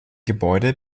gebäude